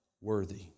worthy